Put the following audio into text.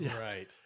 Right